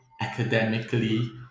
academically